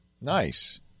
Nice